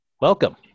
Welcome